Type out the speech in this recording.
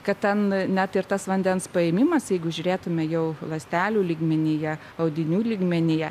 kad ten net ir tas vandens paėmimas jeigu žiūrėtumėme jau ląstelių lygmenyje audinių lygmenyje